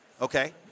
okay